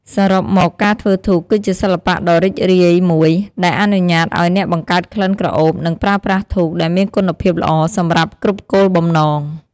សរុបមកការធ្វើធូប គឺជាសិល្បៈដ៏រីករាយមួយ ដែលអនុញ្ញាតឱ្យអ្នកបង្កើតក្លិនក្រអូបនិងប្រើប្រាស់ធូបដែលមានគុណភាពល្អសម្រាប់គ្រប់គោលបំណង។